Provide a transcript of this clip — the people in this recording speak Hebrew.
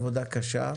עבודה קשה.